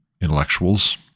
intellectuals